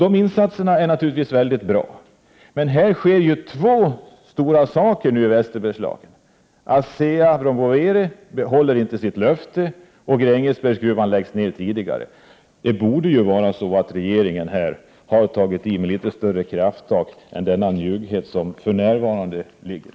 Sådana insatser är naturligtvis väldigt bra, men nu händer två stora saker i Västerbergslagen: ASEA Brown Boveri håller inte sitt löfte, och Grängesbergs gruvan läggs ned tidigare än planerat. Här borde regeringen ha tagit i med litet större kraft i stället för den njugghet som regeringen nu visar prov på.